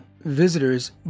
visitors